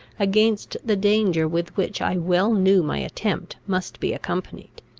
against the danger with which i well knew my attempt must be accompanied.